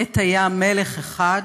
עת היה מלך אחד,